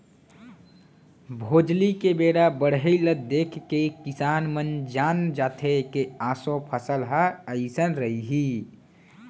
भोजली के बड़हई ल देखके किसान मन जान जाथे के ऑसो फसल ह अइसन रइहि